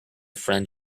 friend